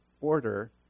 order